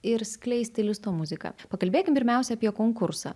ir skleisti listo muziką pakalbėkim pirmiausia apie konkursą